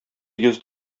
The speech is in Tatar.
йөз